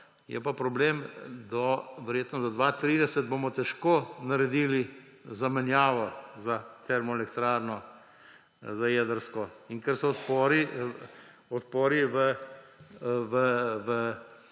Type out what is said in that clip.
Je pa problem, verjetno do leta 2030 bomo težko naredili zamenjavo termoelektrarne za jedrsko. In ker so odpori v